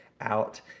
out